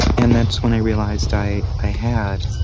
and that's when i realized i i had.